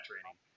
training